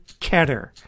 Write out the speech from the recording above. Ketter